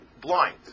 blind